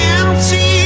empty